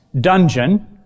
dungeon